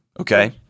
okay